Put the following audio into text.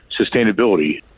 sustainability